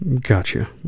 Gotcha